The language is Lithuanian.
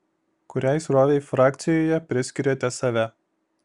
kuriai srovei frakcijoje priskiriate save